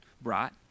brought